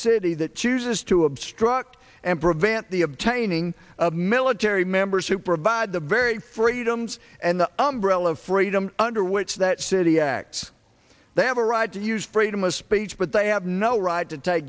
city that chooses to obstruct and prevent the obtaining of military members who provide the very freedoms and the umbrella of freedom under which that city acts they have a right to use freedom of speech but they have no right to take